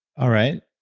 all right.